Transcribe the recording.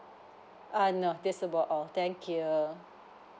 err no that's about all thank you